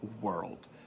world